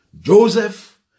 Joseph